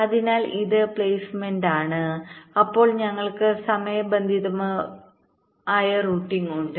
അതിനാൽ ഇത് പ്ലെയ്സ്മെന്റാണ് അപ്പോൾ ഞങ്ങൾക്ക് സമയബന്ധിതമോ സമയബന്ധിതമോ ആയ റൂട്ടിംഗ് ഉണ്ട്